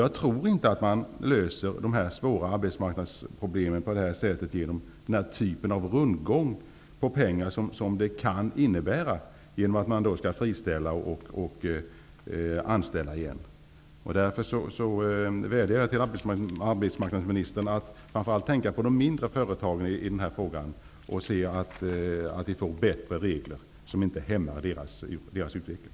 Jag tror inte att man löser dessa svåra arbetsmarknadsproblem genom denna typ av rundgång av pengar, som det kan innebära när företagen friställer personal och sedan anställer igen. Därför vädjar jag till arbetsmarknadsministern att tänka framför allt på de mindre företagen i denna fråga och att se till att vi får bättre regler som inte hämmar småföretagens utveckling.